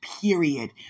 period